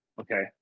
Okay